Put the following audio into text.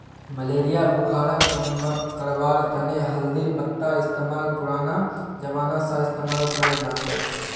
malaria बुखारक कम करवार तने हल्दीर पत्तार इस्तेमाल पुरना जमाना स इस्तेमाल कराल जाछेक